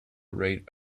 rate